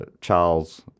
charles